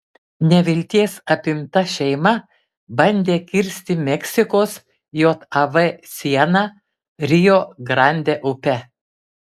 nevilties apimta šeima bandė kirsti meksikos jav sieną rio grande upe